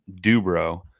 Dubro